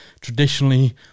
traditionally